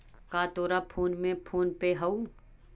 का तोर फोन में फोन पे हउ?